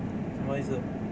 什么意思